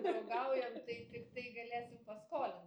draugaujam tai tiktai galėsim paskolint